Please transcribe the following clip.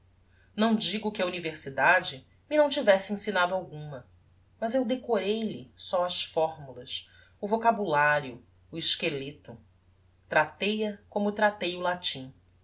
não digo que a universidade me não tivesse ensinado alguma mas eu decorei lhe só as formulas o vocabulario o esqueleto tratei a como tratei o latim